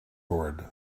cord